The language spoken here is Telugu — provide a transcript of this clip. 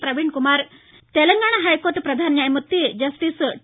ప్రవీణ్ కుమార్ తెలంగాణ హైకోర్లు ప్రధాన న్యాయమూర్తి జస్టిస్ టీ